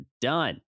done